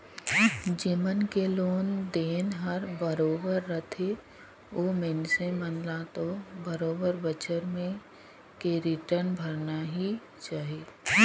जेमन के लोन देन हर बरोबर रथे ओ मइनसे मन ल तो बरोबर बच्छर में के रिटर्न भरना ही चाही